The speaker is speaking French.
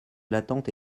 l’attente